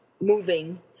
moving